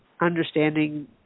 understanding